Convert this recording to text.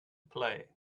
play